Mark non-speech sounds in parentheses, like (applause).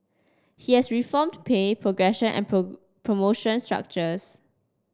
he has reformed pay progression and (unintelligible) promotion structures